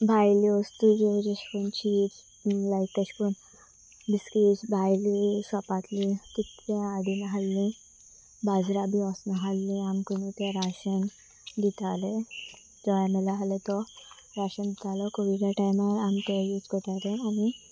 भायले वस्तू ज्यो जशे करून चिप्स लायक तशे करून बिस्कीट्स भायली शॉपांतली कितलें हाडून नासलीं बाजरां बी वोच नासलीं आमकुनू तें राशन दिताले जो एम एल ए आसले तो राशन दितालो कोविडा टायमार आमी ते यूज करताले आनी